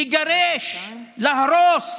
לגרש, להרוס.